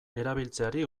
erabiltzeari